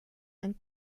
and